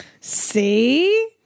See